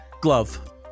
Glove